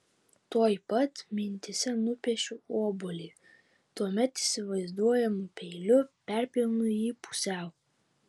tuoj pat mintyse nupiešiu obuolį tuomet įsivaizduojamu peiliu perpjaunu jį pusiau